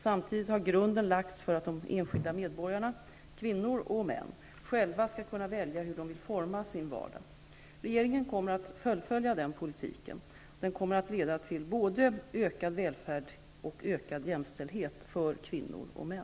Samtidigt har grunden lagts för att de enskilda medborgarna -- kvinnor och män -- själva skall kunna välja hur de vill forma sin vardag. Regeringen kommer att fullfölja den politiken. Den kommer att leda till både ökad välfärd och ökad jämställdhet för kvinnor och män.